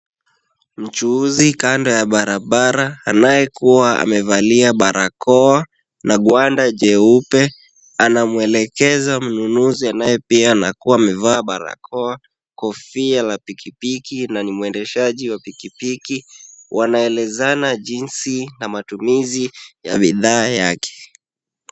Mchuuzi kando ya barabara anayekuwa amevalia barakoa na ngwanda jeupe, anamwelekeza mnunuzi anayepea na akiwa amevaa barakoa, kofia la pikipiki na ni mwendeshaji wa pikipiki. Wanaelezana jinsi na matumizi ya bidhaa yake.